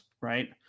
right